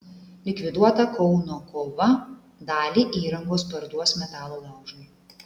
likviduota kauno kova dalį įrangos parduos metalo laužui